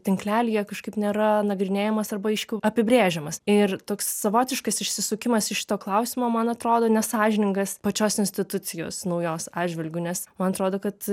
tinklelyje kažkaip nėra nagrinėjamas arba aiškiau apibrėžiamas ir toks savotiškas išsisukimas iš to klausimo man atrodo nesąžiningas pačios institucijos naujos atžvilgiu nes man atrodo kad